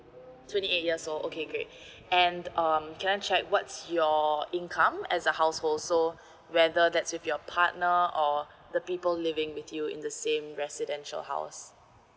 twenty eight years old okay great and um can I check what's your income as a household so whether that's with your partner or the people living with you in the same residential house